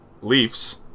Leafs